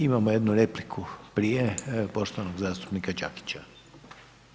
Imamo jednu repliku prije, poštovanog zastupnika Đakića.